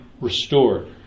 restored